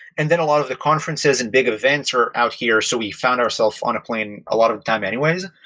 and then a lot of the conferences and bigger events are out here. so we found our self on a plane a lot of time anyways.